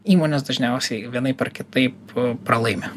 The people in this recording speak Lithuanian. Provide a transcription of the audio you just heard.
įmonės dažniausiai vienaip ar kitaip pralaimi